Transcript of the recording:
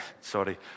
sorry